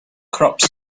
crops